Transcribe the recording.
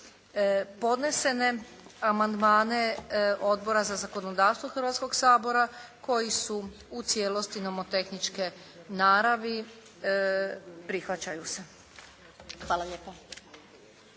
Podnesene amandmane Odbora za zakonodavstvo Hrvatskog sabora koji su u cijelosti nomotehničke naravi prihvaćaju se. Hvala lijepa.